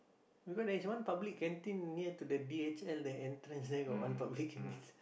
because there's one public canteen near to the d_h_l the entrance there got one public canteen